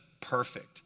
perfect